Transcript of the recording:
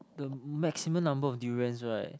the maximum number of durians right